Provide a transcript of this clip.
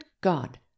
god